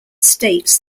states